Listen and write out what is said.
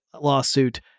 lawsuit